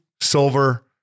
silver